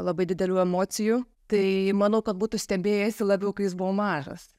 labai didelių emocijų tai manau kad būtų stebėjęsi labiau kai jis buvo mažas